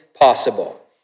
possible